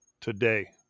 today